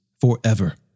forever